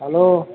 hello